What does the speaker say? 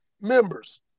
members